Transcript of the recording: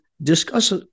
Discuss